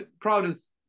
Providence